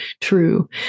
true